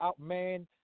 outman